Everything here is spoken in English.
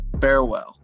Farewell